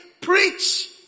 preach